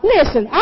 Listen